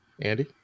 andy